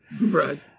Right